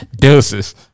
Deuces